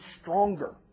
stronger